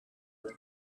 got